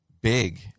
big